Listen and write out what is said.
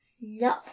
no